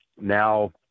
now